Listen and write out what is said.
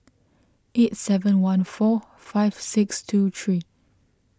eight seven one four five six two three